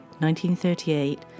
1938